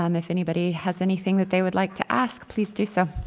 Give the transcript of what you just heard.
um if anybody has anything that they would like to ask, please do so!